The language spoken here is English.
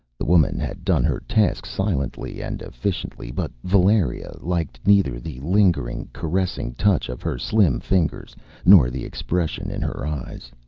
the woman had done her task silently and efficiently, but valeria liked neither the lingering, caressing touch of her slim fingers nor the expression in her eyes.